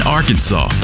Arkansas